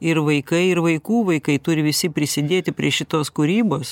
ir vaikai ir vaikų vaikai turi visi prisidėti prie šitos kūrybos